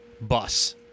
bus